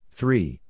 Three